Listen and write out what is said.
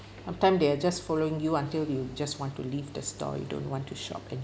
sometime they are just following you until you just want to leave the store you don't want to shop